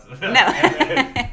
No